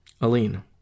Aline